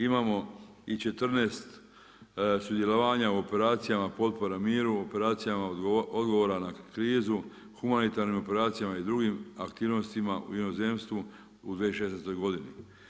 Imamo i 14 sudjelovanja u operacijama potpora miru, operacijama odgovora na krizu, humanitarnim operacijama i drugim aktivnostima u inozemstvu u 2016. godini.